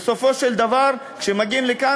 ובסופו של דבר כשמגיעים לכאן,